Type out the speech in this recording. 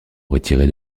retirer